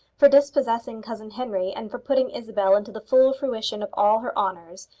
for dispossessing cousin henry and for putting isabel into the full fruition of all her honours,